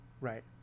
Right